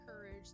courage